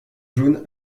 jaune